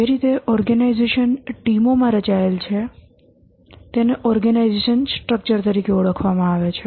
જે રીતે ઓર્ગેનાઇઝેશન ટીમો માં રચાયેલ છે તેને ઓર્ગેનાઇઝેશન સ્ટ્રક્ચર તરીકે ઓળખવામાં આવે છે